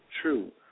true